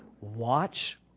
watch